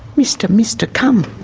mister, mister, come.